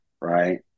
right